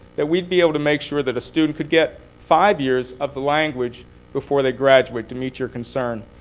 that we'd be able to make sure that a student could get five years of the language before they graduate, to meet your concern.